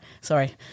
Sorry